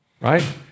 right